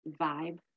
vibe